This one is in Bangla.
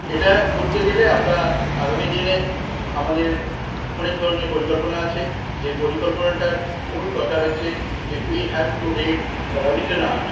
এটা করতে গেলে আমরা আগামী দিনে আমাদের অনেক ধরণের পরিকল্পনা আছে যে পরিকল্পনাটার মূল কথা হচ্ছে যে we have to read Rabindranath